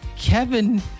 Kevin